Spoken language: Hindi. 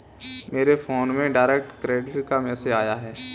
मेरे फोन में डायरेक्ट क्रेडिट का मैसेज आया है